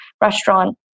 restaurant